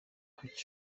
kuri